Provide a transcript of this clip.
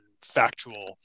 factual